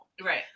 Right